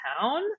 town